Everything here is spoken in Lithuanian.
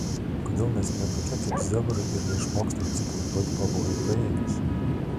kodėl mes ne tokie kaip zebrai ir neišmokstame atsipalaiduoti pavojui praėjus